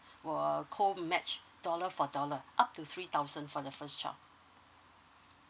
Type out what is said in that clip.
will co match dollar for dollar up to three thousand for the first child